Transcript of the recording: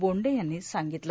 बोंडे यांनी सांगितलं